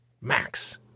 Max